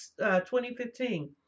2015